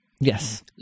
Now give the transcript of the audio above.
Yes